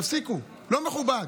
תפסיקו, לא מכובד.